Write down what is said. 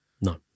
No